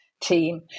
team